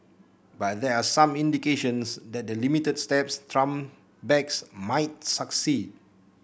but there are some indications that the limited steps Trump backs might succeed